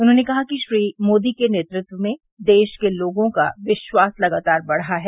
उन्होंने कहा कि श्री मोदी के नेतृत्व में देश के लोगों का विश्वास लगातार बढ़ा है